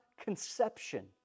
conception